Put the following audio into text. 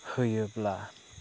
होयोब्ला